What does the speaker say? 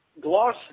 gloss